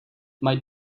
might